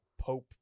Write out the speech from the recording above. Pope